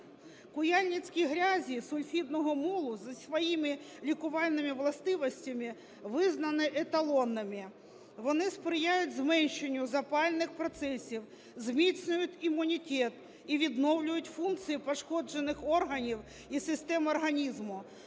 Куяльницькі грязі з сульфідного мулу за своїми лікувальними властивостями визнані еталонними. Вони сприяють зменшенню запальних процесів, зміцнюють імунітет і відновлюють функції пошкоджених органів і систем організму,